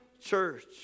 church